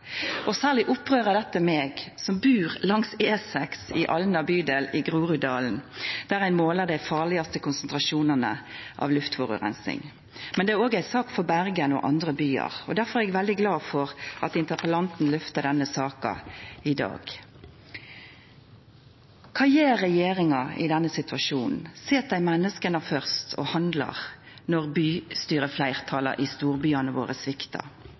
Særleg opprører dette meg som bur langs E6 i Alna bydel i Groruddalen, der ein måler dei farlegaste konsentrasjonane av luftforureining. Men det er òg ei sak for Bergen og andre byar, og derfor er eg veldig glad for at interpellanten løftar denne saka i dag. Kva gjer regjeringa i denne situasjonen? Set dei menneska først og handlar når bystyrefleirtalet i storbyane våre